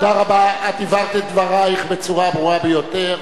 תודה רבה, את הבהרת את דברייך בצורה ברורה ביותר.